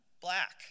black